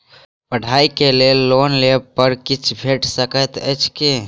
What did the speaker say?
पढ़ाई केँ लेल लोन लेबऽ पर किछ छुट भैट सकैत अछि की?